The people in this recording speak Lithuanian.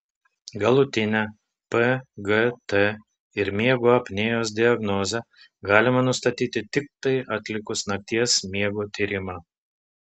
galutinę pgt ir miego apnėjos diagnozę galima nustatyti tiktai atlikus nakties miego tyrimą